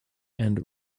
and